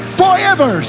forever